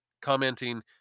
commenting